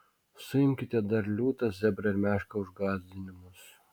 suimkite dar liūtą zebrą ir mešką už gąsdinimus